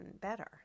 better